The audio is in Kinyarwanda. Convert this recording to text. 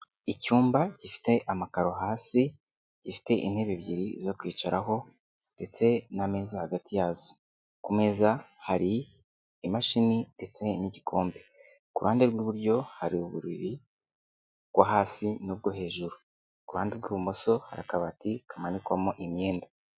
Icyumba gifite amakaro hasi, gifite intebe ebyiri zo kwicaraho, ndetse n'ameza hagati yazo. Ku meza hari imashini, ndetse n'igikombe, ku ruhande rw'iburyo hari uburiri bwo hasi n'ubwo hejuru. Ku ruhande rw'ibumoso hari akabati kamanikwamo imyenda.